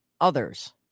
others